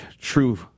true